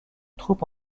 troupe